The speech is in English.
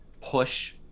push